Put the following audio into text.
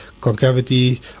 concavity